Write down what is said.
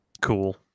Cool